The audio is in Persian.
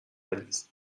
غلیظ